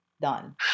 Done